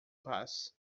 paz